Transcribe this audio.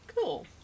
Cool